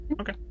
Okay